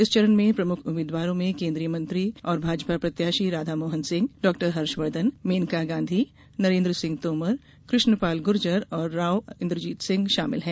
इस चरण में प्रमुख उम्मीदवारों में केन्द्रीय मंत्री और भाजपा प्रत्याशी राधामोहन सिंह डॉक्टर हर्षवर्द्वन मेनका गांधी नरेन्द्र सिंह तोमर कृष्णपाल गुर्जर और राव इंद्रजीत सिंह शामिल है